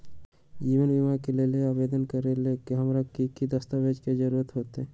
जीवन बीमा के लेल आवेदन करे लेल हमरा की की दस्तावेज के जरूरत होतई?